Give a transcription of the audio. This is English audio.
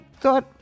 thought